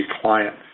client